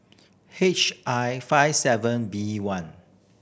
H I five seven B one